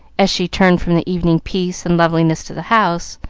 as she turned from the evening peace and loveliness to the house,